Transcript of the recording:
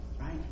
Right